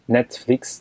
Netflix